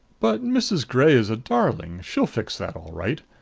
but mrs. gray is a darling she'll fix that all right.